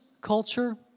culture